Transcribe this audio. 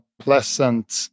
pleasant